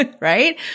right